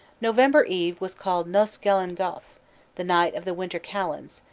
november eve was called nos-galan-gaeof, the night of the winter calends,